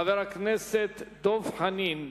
חבר הכנסת דב חנין.